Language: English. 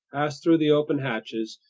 passed through the open hatches,